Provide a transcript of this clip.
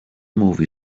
movie